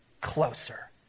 closer